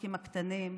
העסקים הקטנים,